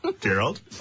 Gerald